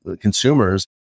consumers